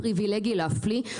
פריבילגי להפליא.